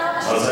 אני